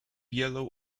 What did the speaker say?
yellow